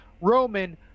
roman